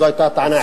גם זה,